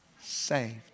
saved